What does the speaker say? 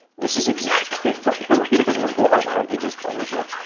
this is exactly what your readers would want. why don't you just publish it?